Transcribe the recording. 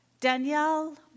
Danielle